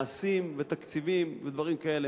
מעשים ותקציבים ודברים כאלה,